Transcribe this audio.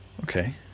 okay